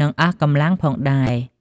និងអស់កម្លាំងផងដែរ។